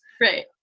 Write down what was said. Right